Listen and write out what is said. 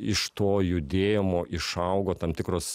iš to judėjimo išaugo tam tikros